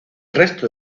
resto